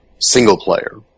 single-player